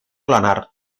lanar